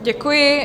Děkuji.